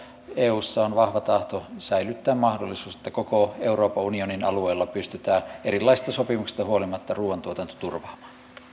eussa on kyllä vahva tahto säilyttää mahdollisuus että koko euroopan unionin alueella pystytään erilaisista sopimuksista huolimatta ruuantuotanto turvaamaan